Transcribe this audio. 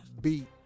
beat